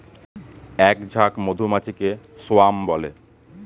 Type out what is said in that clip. এক ঝাঁক মধুমাছিকে স্বোয়াম বলে